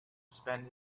spend